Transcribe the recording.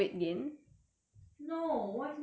no 为什么要讲我的 weight gain